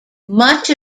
much